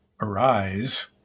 arise